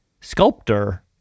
sculptor